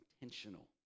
intentional